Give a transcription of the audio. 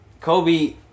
Kobe